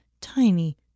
tiny